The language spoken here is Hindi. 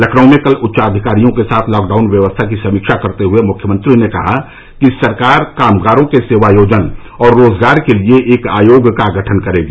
लखनऊ में कल उच्चाधिकारियों के साथ लॉकडाउन व्यवस्था की समीक्षा करते हुए मुख्यमंत्री ने कहा कि सरकार कामगारों के सेवायोजन और रोजगार के लिए एक आयोग का गठन करेगी